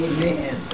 Amen